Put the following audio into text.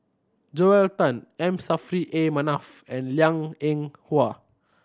Joel Tan M Saffri A Manaf and Liang Eng Hwa